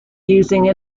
using